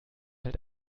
halt